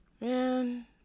Man